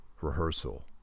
Rehearsal